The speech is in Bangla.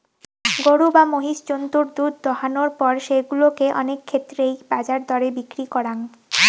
গরু বা মহিষ জন্তুর দুধ দোহানোর পর সেগুলা কে অনেক ক্ষেত্রেই বাজার দরে বিক্রি করাং